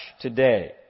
today